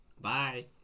Bye